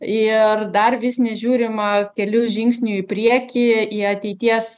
ir dar vis nežiūrima kelių žingsnių į priekį į ateities